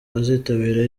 abazitabira